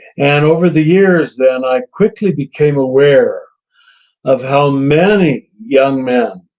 and over the years, then, i quickly became aware of how many young men,